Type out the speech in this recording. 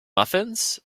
muffins